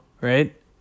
Right